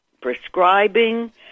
prescribing